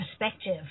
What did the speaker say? perspective